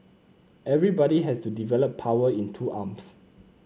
everybody has to develop power in two arms